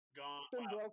gone